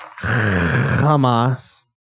Hamas